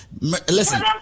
Listen